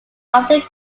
often